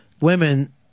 Women